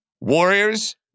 Warriors